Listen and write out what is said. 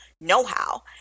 know-how